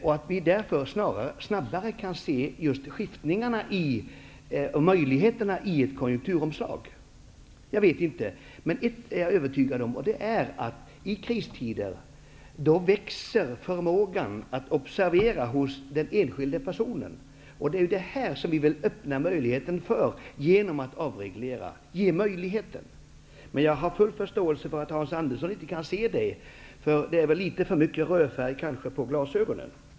Vi kan därför snabbare se skiftningarna och möjligheterna i ett konjunkturomslag. Jag vet inte. Men jag är övertygad om att i kristider växer förmågan hos den enskilde personen att observera saker. Vi vill öppna möjligheten för denna förmåga med hjälp av avregleringar. Jag har full förståelse för att Hans Andersson inte kan se detta. Det är väl litet för mycket rödfärg på glasögonen.